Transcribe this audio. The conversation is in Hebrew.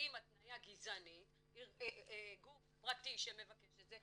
האם גוף פרטי שמבקש התניה גזענית,